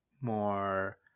more